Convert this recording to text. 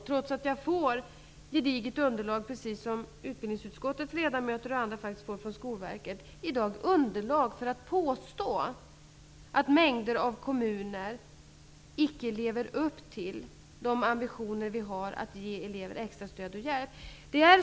Trots att jag, precis som bl.a. utbildningsutskottets ledamöter, får ett gediget material från Skolverket, har jag inte i dag underlag för att påstå att mängder av kommuner icke lever upp till de ambitioner vi har att ge elever extra stöd och hjälp.